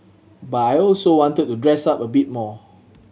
but I also wanted to dress up a bit more